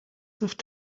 wirft